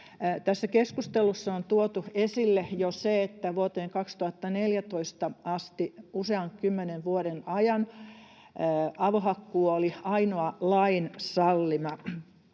Tässä keskustelussa on tuotu esille jo se, että vuoteen 2014 asti usean kymmenen vuoden ajan avohakkuu oli ainoa lain sallima